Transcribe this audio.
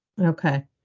Okay